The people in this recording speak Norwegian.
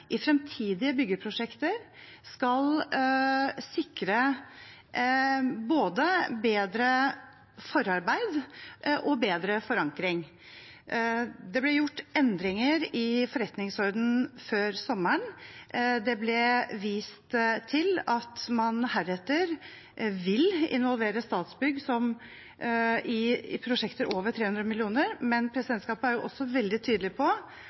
i fremtidige byggeprosjekter skal sikre både bedre forarbeid og bedre forankring. Det ble gjort endringer i forretningsordenen før sommeren, det ble vist til at man heretter vil involvere Statsbygg i prosjekter over 300 mill. kr, men presidentskapet er veldig tydelig på